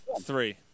three